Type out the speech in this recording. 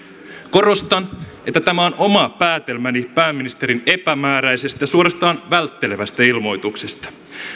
korostan että tämä on oma päätelmäni pääministerin epämääräisestä suorastaan välttelevästä ilmoituksesta